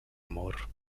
amor